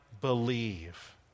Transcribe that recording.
believe